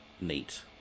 neat